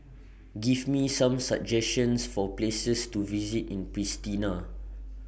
Give Me Some suggestions For Places to visit in Pristina